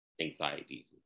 anxiety